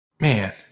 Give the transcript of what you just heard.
Man